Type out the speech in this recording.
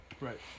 Right